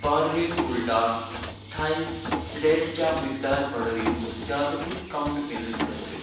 Parle full toss تھایہِ سرٛیرچا مِقدار بڑھٲیِو زیادٕ ڈِسکاونٛٹ مِلنہٕ خٲطرٕ